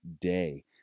day